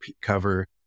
cover